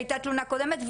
שהיתה תלונה קודמת.